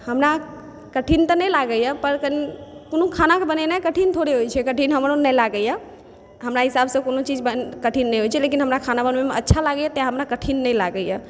हमरा कठिन तऽ नहि लागैए पर कनि कोनो खाना बनेनाइ कठिन थोड़े होइ छै कठिन हमरो नहि लागैए हमरा हिसाबसँ कोनो चीज कठिन नहि होइ छै लेकिन खाना बनबैमे हमरा अच्छा लागैए तैं हमरा कठिन नहि लागैए